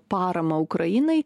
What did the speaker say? paramą ukrainai